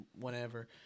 whenever